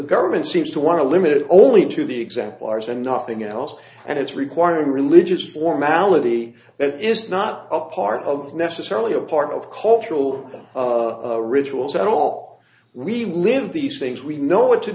government seems to want to limit it only to the example ours and nothing else and it's requiring religious formality and is not a part of necessarily a part of cultural rituals at all we live these things we know what to